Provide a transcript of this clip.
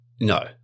No